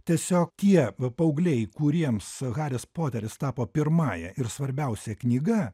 tiesiog tie paaugliai kuriems haris poteris tapo pirmąja ir svarbiausia knyga